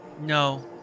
No